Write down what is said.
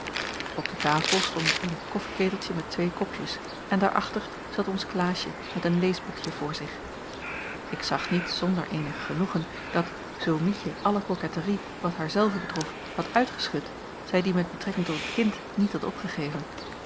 op de tafel stond een koffieketeltje met twee kopjes en daarachter zat ons klaasje met een leesboekje voor zich ik zag niet zonder eenig genoegen dat zoo mietje alle koketterie wat haar zelve betrof had uitgeschud zij die met betrekking tot het kind niet had opgegeven